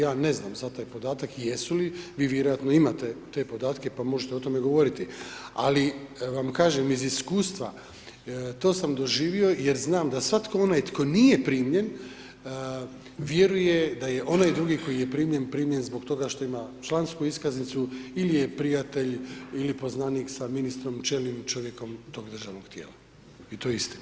Ja ne znam za taj podatak, jesu li, vi vjerojatno imate te podatke, pa možete o tome govoriti, ali vam kažem iz iskustva, to sam doživio jer znam da svatko onaj tko nije primljen, vjeruje da je onaj drugi koji je primljen, primljen zbog toga što ima člansku iskaznicu ili je prijatelj ili poznanik sa ministrom, čelnim čovjekom tog državnog tijela i to je istina.